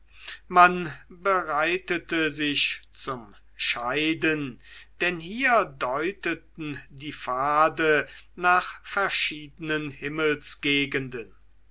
man bereitete sich zum scheiden denn hier deuteten die pfade nach verschiedenen